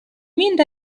mean